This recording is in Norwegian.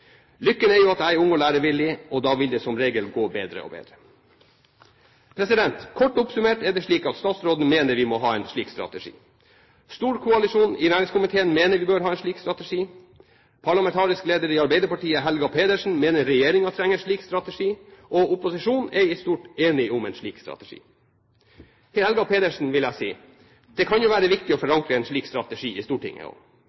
Lykken er jo at jeg er ung og lærevillig, og da vil det som regel gå bedre og bedre. Kort oppsummert er det slik at statsråden mener vi må ha en slik strategi, storkoalisjonen i næringskomiteen mener vi bør ha en slik strategi, den parlamentariske leder i Arbeiderpartiet, Helga Pedersen, mener regjeringen trenger en slik strategi, og opposisjonen er i stort enige om en slik strategi. Til Helga Pedersen vil jeg si: Det kan jo være viktig å